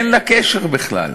אין לה קשר בכלל.